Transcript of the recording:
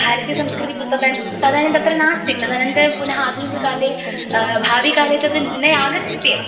भारतीयसंस्कृतिः पतन्ती तदानीं तत्र नास्ति तदनन्तरं पुनः आधुनिककाले भाविकाले तद् न आगच्छत्येव